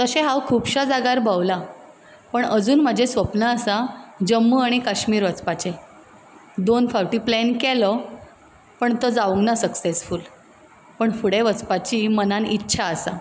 तशें हांव खुबश्या जाग्यार भोवलां पूण अजून म्हजें स्वप्न आसा जम्मू आनी कश्मीर वचपाचें दोन फावटी प्लेन केलो पूण तो जावूंक ना सक्सेसफूल पूण फुडें वचपाची मनांत इच्छा आसा